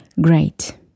Great